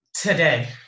Today